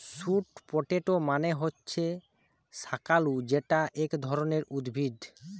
sweet potato মানে হচ্ছে শাকালু যেটা এক ধরণের উদ্ভিদ